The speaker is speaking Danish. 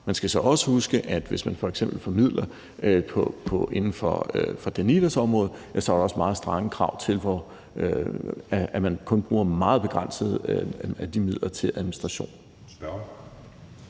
Man skal så også huske, at hvis man f.eks. får midler inden for Danidas område, er der også meget strenge krav til, at man kun bruger en meget begrænset del af de midler til administration.